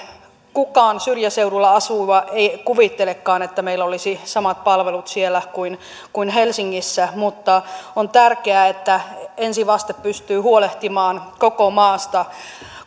kukaan syrjäseudulla asuva ei kuvittelekaan että meillä siellä olisi samat palvelut kuin kuin helsingissä mutta on tärkeää että ensivaste pystyy huolehtimaan koko maasta